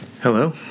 Hello